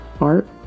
art